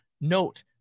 note